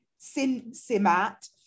Simat